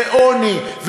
לעוני,